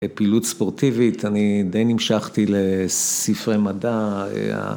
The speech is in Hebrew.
פעילות ספורטיבית, אני די נמשכתי לספרי מדע.